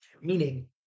Meaning